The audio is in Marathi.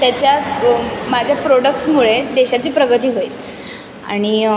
त्याच्यात माझ्या प्रोडक्टमुळे देशाची प्रगती होईल आणि